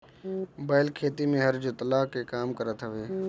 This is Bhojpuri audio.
बैल खेती में हर जोतला के काम करत हवे